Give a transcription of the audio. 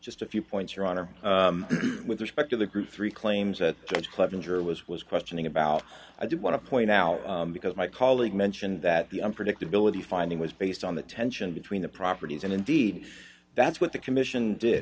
just a few points your honor with respect to the group three claims that it's clevenger was was questioning about i did want to point out because my colleague mentioned that the unpredictability finding was based on the tension between the properties and indeed that's what the commission did